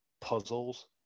puzzles